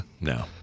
no